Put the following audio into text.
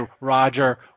Roger